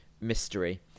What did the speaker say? mystery